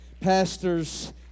Pastors